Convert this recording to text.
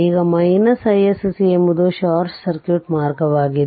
ಈಗ isc ಎಂಬುದು short circuit ಮಾರ್ಗವಾಗಿದೆ